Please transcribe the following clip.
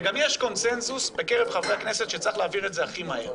וגם יש קונצנזוס בקרב חברי הכנסת שצריך להעביר את זה הכי מהר.